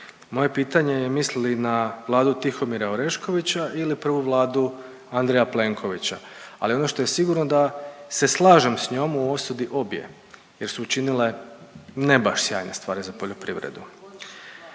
Moje pitanje je misli li na Vladu Tihomira Oreškovića ili prvo Vladu Andreja Plenkovića, ali ono što je sigurno da se slažem sa njom o osudi obje, jer su učinile ne baš sjajne stvari za poljoprivredu.